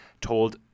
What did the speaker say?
told